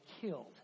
killed